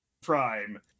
Prime